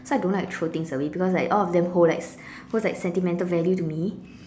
so I don't like to throw things away because like all of them hold like holds like sentimental value to me